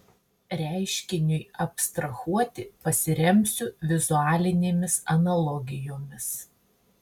reiškiniui abstrahuoti pasiremsiu vizualinėmis analogijomis